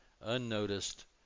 unnoticed